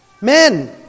Men